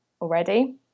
Already